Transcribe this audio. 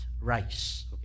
rice